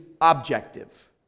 objective